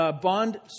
bond